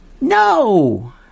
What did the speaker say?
No